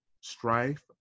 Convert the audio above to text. strife